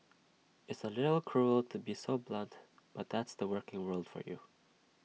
it's A little cruel to be so blunt but that's the working world for you